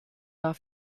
war